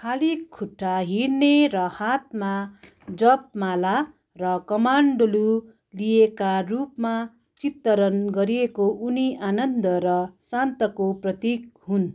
खाली खुट्टा हिँड्ने र हातमा जपमाला र कमण्डलु लिएका रूपमा चित्रण गरिएको उनी आनन्द र शान्तको प्रतीक हुन्